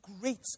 great